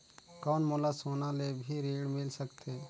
कौन मोला सोना ले भी ऋण मिल सकथे?